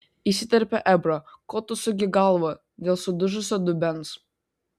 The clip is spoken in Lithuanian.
įsiterpė ebrą ko tu suki galvą dėl sudužusio dubens